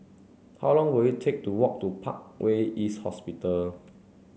how long will it take to walk to Parkway East Hospital